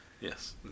Yes